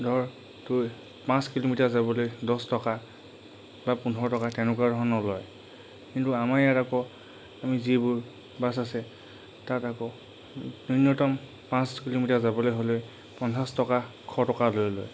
ধৰ তোৰ পাঁচ কিলোমিটাৰ যাবলৈ দহ টকা বা পোন্ধৰ টকা তেনেকুৱা ধৰণৰ লয় কিন্তু আমাৰ ইয়াত আকৌ আমি যিবোৰ বাছ আছে তাত আকৌ ন্যূনতম পাঁচ কিলোমিটাৰ যাবলৈ হ'লে পঞ্চাছ টকা এশ টকা লৈ লয়